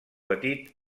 petit